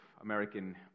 American